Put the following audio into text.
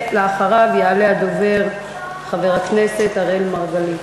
אחריו יעלה הדובר חבר הכנסת אראל מרגלית.